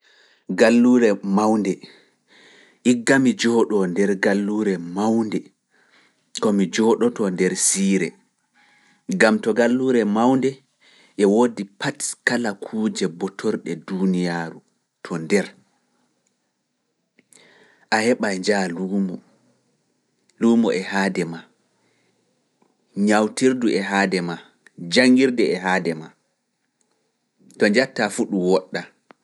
Galluure mawnde. Gallure maunde buri welugo jonnde. Igga mi jooɗoo nder galluure mawnde, ko mi jooɗotoo nder siire, ngam to galluure mawnde e woodi pat kala kuuje botorɗe duuniyaaru maa. Nñawtirdu e haade maa, janngirde e haade maa, to njattaa fu ɗum woɗɗa.